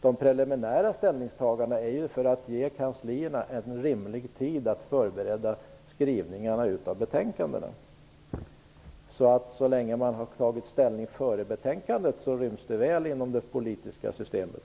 De preliminära ställningstagandena är till för att kanslierna skall få rimlig tid på sig att förbereda skrivningarna i betänkandena. Så länge man tar ställning innan betänkandet föreligger ryms det alltså väl inom det politiska systemet.